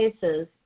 cases